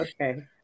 okay